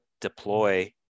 deploy